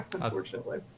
unfortunately